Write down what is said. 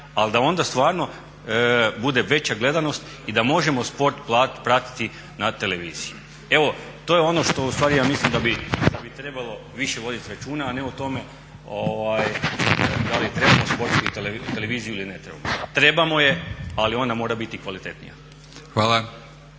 ali da onda stvarno bude veća gledanost i da možemo sport pratiti na televiziji. Evo, to je ono što ustvari ja mislim da bi trebalo više voditi računa, a ne o tome da li trebamo Sportsku televiziju ili ne trebamo. Trebamo je, ali ona mora biti kvalitetnija.